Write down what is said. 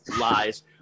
lies